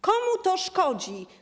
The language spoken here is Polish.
Komu to szkodzi?